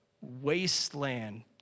wasteland